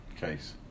case